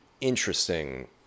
interesting